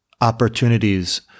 opportunities